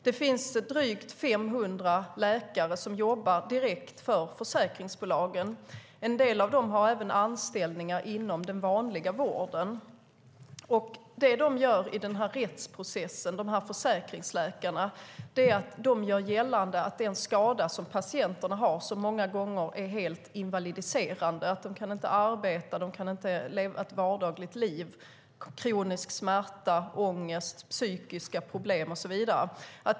Det finns drygt 500 läkare som jobbar direkt för försäkringsbolagen. En del av dem har även anställningar inom den vanliga vården. Försäkringsläkarna gör i rättsprocessen gällande att den skada som patienterna har inte har något med trafikolyckan att göra. Många gånger är skadan helt invalidiserande så att de inte kan arbeta eller leva ett vardagligt liv. Den medför kronisk smärta, ångest, psykiska problem och så vidare.